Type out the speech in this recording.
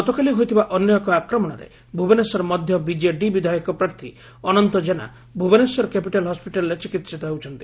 ଗତକାଲି ହୋଇଥିବା ଅନ୍ୟଏକ ଆକ୍ରମଶରେ ଭୁବନେଶ୍ୱର ମଧ୍ୟ ବିଜେଡ଼ି ବିଧାୟକ ପ୍ରାର୍ଥୀ ଅନନ୍ତ ଜେନା ଭୁବନେଶ୍ୱର କ୍ୟାପିଟାଲ୍ ହସିଟାଲ୍ରେ ଚିକିହିତ ହେଉଛନ୍ତି